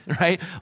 right